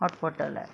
hot pot lah